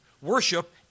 Worship